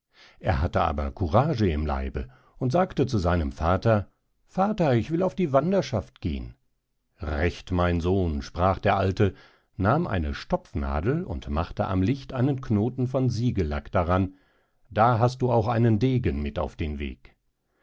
er hatte aber courage im leibe und sagte zu seinem vater vater ich will auf die wanderschaft gehen recht mein sohn sprach der alte nahm eine stopfnadel und machte am licht einen knoten von siegellack daran da hast du auch einen degen mit auf den weg